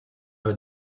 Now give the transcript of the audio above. are